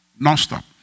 nonstop